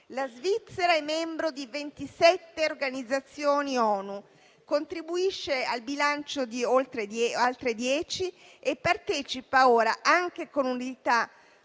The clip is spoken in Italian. La Svizzera è membro di ventisette organizzazioni ONU, contribuisce al bilancio di altre dieci e partecipa ora, anche con unità